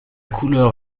couleur